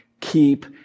keep